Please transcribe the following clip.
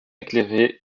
éclairé